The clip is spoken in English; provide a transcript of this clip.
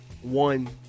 one